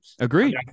Agreed